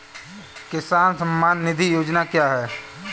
किसान सम्मान निधि योजना क्या है?